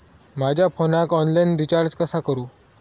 माझ्या फोनाक online recharge कसा करू?